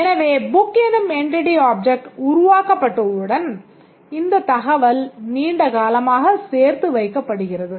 எனவே book எனும் entity object உருவாக்கப்பட்டவுடன் இந்த தகவல் நீண்ட காலமாக சேர்த்து வைக்கப்படுகிறது